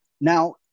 now